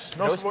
no so